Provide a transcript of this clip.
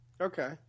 Okay